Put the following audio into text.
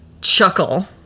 chuckle